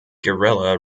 guerrilla